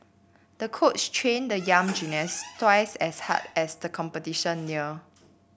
the coach trained the young gymnast twice as hard as the competition neared